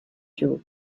you